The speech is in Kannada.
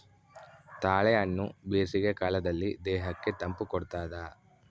ತಾಳೆಹಣ್ಣು ಬೇಸಿಗೆ ಕಾಲದಲ್ಲಿ ದೇಹಕ್ಕೆ ತಂಪು ಕೊಡ್ತಾದ